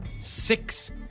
six